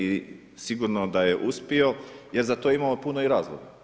I sigurno da je uspio jer za to imamo puno i razloga.